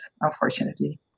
unfortunately